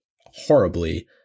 horribly